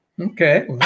Okay